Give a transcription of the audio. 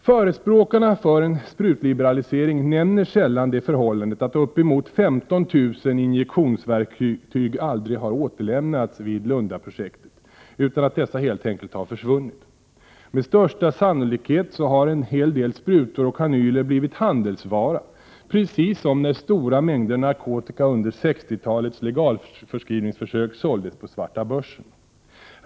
Förespråkarna för en sprutliberalisering nämner sällan det förhållandet att uppemot 15 000 injektionsverktyg aldrig har återlämnats vid Lundaförsöket, utan att dessa helt enkelt har försvunnit. Med största sannolikhet har en hel del sprutor och kanyler blivit handelsvara precis som när stora mängder narkotika under 60-talets legalförskrivningsförsök såldes på svarta börsen.